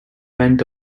went